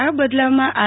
આ બદલાવમાં આર